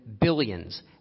billions